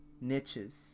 niches